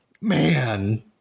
man